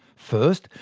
first,